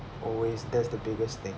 always that's the biggest thing